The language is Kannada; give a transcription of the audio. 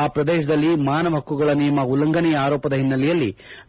ಆ ಪ್ರದೇಶದಲ್ಲಿ ಮಾನವ ಪಕ್ಕುಗಳ ನಿಯಮ ಉಲ್ಲಂಘನೆಯ ಆರೋಪದ ಒನ್ನಲೆಯಲ್ಲಿ